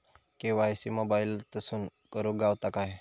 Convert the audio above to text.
KYC मोबाईलातसून करुक गावता काय?